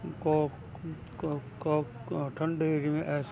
Coke ਕ ਕੋ ਠੰਡੇ ਜਿਵੇਂ ਐਸ